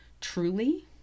truly